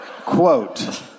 Quote